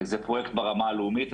זה פרויקט ברמה הלאומית.